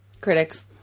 Critics